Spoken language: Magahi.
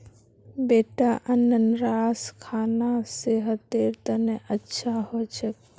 बेटा अनन्नास खाना सेहतेर तने अच्छा हो छेक